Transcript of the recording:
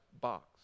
box